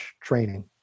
training